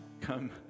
come